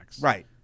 right